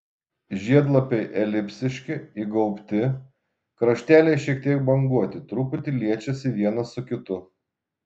žiedlapiai elipsiški įgaubti krašteliai šiek tiek banguoti truputį liečiasi vienas su kitu